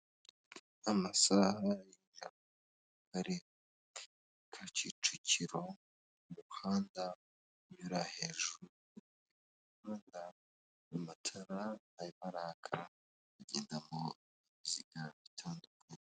Amasaha ya nijoro ari Kicukiro mu muhanda unyura hejuru, imihanda amatara arimo araka, hagendamo ibinyabiziga bitandukanye.